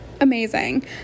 amazing